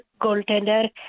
goaltender